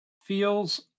feels